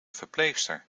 verpleegster